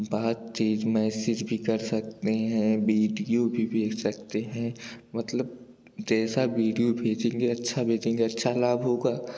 बातचीत मैसेज भी कर सकते हैं बीडीओ भी भेज सकते हैं मतलब जैसा विडियो भेजेंगे अच्छा भेजेंगे अच्छा लाभ होगा